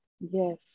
Yes